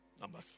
Number